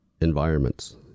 environments